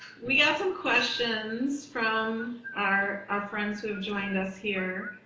we got some questions from our our friends who have joined us here.